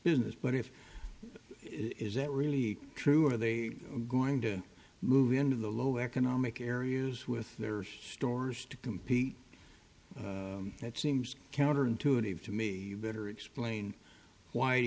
business but if it is that really true are they going to move into the low economic areas with their stores to compete that seems counterintuitive to me better explain why do